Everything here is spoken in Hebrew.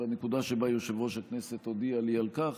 בנקודה שבה יושב-ראש הכנסת הודיע לי על כך.